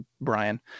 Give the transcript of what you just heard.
Brian